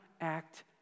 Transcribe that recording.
act